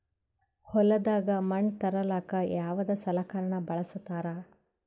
ಹೊಲದಾಗ ಮಣ್ ತರಲಾಕ ಯಾವದ ಸಲಕರಣ ಬಳಸತಾರ?